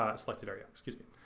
ah selected area, excuse me.